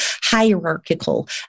hierarchical